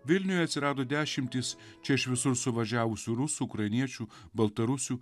vilniuje atsirado dešimtys čia iš visur suvažiavusių rusų ukrainiečių baltarusių